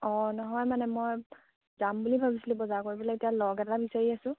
অঁ নহয় মানে মই যাম বুলি ভাবিছিলোঁ বজাৰ কৰিবলে এতিয়া লগ এটা বিচাৰি আছোঁ